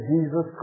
Jesus